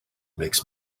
makes